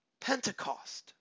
Pentecost